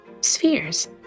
spheres